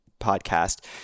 podcast